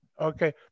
Okay